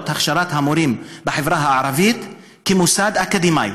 הכשרת המורים בחברה הערבית כמוסד אקדמי,